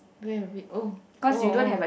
where are we oh oh